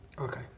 Okay